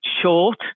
short